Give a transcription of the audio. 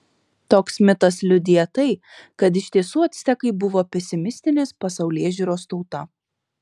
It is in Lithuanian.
toks mitas liudija tai kad iš tiesų actekai buvo pesimistinės pasaulėžiūros tauta